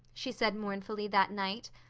she said mournfully that night.